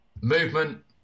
movement